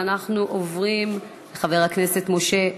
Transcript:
אנחנו עוברים לחבר הכנסת משה פייגלין,